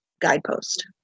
guidepost